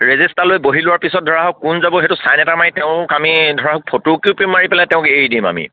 register লৈ বহি যোৱাৰ পিছত ধৰা হওক কোন যাব সেইটো চাইন এটা মাৰি তেওঁক আমি ধৰক ফটো একপি মাৰি পেলাই তেওঁক এৰি দিম আমি